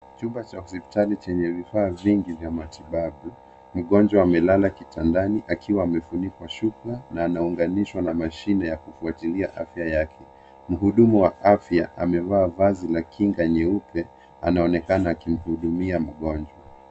Chumba cha hosipitali chenye vifaa vingi vya matibabu. Mgonjwa amelala kitandani akiwa amefunikwa na shuka na anunganishwa na mashine ya kufuatilia afya yake. Muhudumu wa afya amevaa vazi ya kinga nyeupe anaonekana akihudumia mgonjwa.